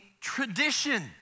tradition